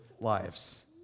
lives